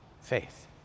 faith